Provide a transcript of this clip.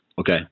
okay